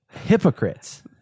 hypocrites